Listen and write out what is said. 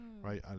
Right